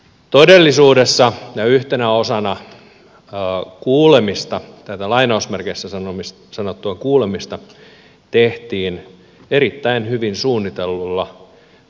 todellisuudessa ja yhtenä osana tätä kuulemista tehtiin erittäin hyvin suunnitellulla kyselykaavakkeella